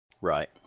right